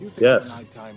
yes